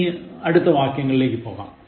ഇനി അടുത്ത വാക്യങ്ങളിലെക്ക് പോകാം